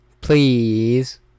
Please